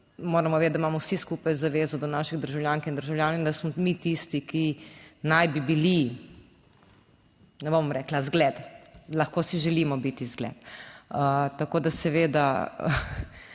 moramo vedeti, da imamo vsi skupaj zavezo do naših državljank in državljanov in da smo mi tisti, ki naj bi bili, ne bom rekla zgled, lahko si želimo biti zgled. Tako da seveda